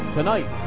Tonight